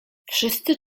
wszyscy